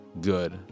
Good